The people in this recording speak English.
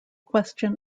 question